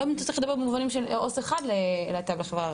למה צריך לדבר במושגים של עו״ס אחד לחברה הערבית?